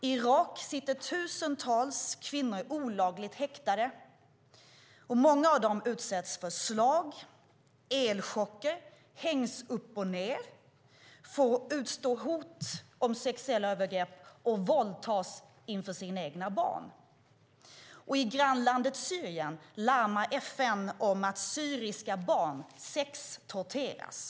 I Irak sitter tusentals kvinnor olagligt häktade. Många av dem utsätts för slag, elchocker, hängs upp och ned, får utstå hot om sexuella övergrepp och våldtas inför sina egna barn. I grannlandet Syrien larmar FN om att syriska barn sextorteras.